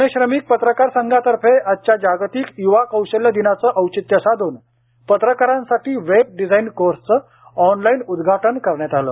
पुणे श्रमिक पत्रकार संघातर्फे आजच्या जागतिक युवा कौशल्य दिनाचे औचित्य साध्रन पत्रकारांसाठी वेब डिझाईन कोर्सचं ऑनलाईन उद्घाटन करण्यात आलं